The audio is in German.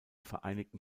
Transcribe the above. vereinigten